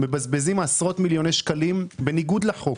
מבזבזים עשרות מיליוני שקלים בניגוד לחוק,